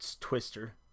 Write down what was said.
Twister